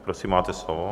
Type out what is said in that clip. Prosím, máte slovo.